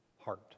heart